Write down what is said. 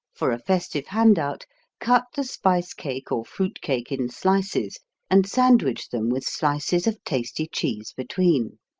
for a festive handout cut the spice cake or fruit cake in slices and sandwich them with slices of tasty cheese between.